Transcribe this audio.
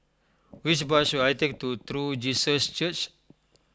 Which bus should I take to True Jesus Church